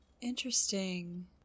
interesting